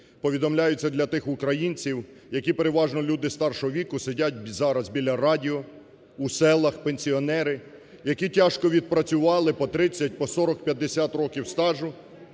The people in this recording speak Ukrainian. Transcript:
Повідомляється для тих українців, які переважно люди старшого віку, сидять зараз біля радіо, у селах, пенсіонери, які тяжко відпрацювали по 30, по 40, 50 років стажу